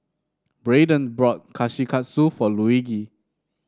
Braeden bought Kushikatsu for Luigi